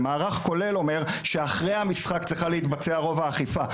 ומערך כולל אומר שאחרי המשחק צריכה להתבצע רוב האכיפה.